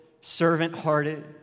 servant-hearted